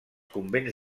convents